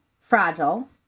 Fragile